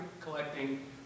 collecting